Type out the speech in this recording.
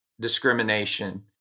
discrimination